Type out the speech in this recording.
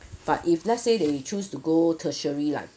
but if let's say they choose to go tertiary like